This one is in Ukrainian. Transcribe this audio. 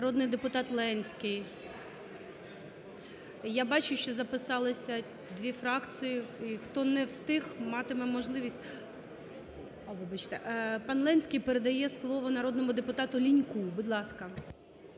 Народний депутат Ленський. Я бачу, що записалися дві фракції і хто не встиг, матиме можливість… Вибачте, пан Ленський передає слово народному депутату Ліньку. Будь ласка.